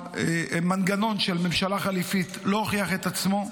המנגנון של ממשלת חילופים לא הוכיח את עצמו,